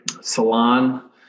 salon